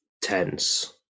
tense